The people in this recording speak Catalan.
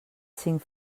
cinc